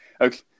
Okay